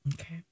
Okay